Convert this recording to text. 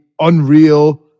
unreal